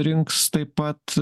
rinks taip pat